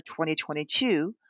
2022